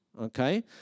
okay